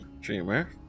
Dreamer